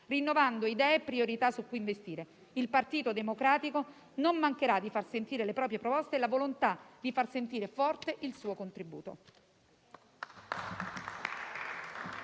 rinnovando idee e priorità su cui investire. Il Partito Democratico non mancherà di far sentire le proprie proposte e la volontà di far sentire forte il suo contributo.